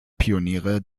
pioniere